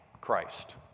Christ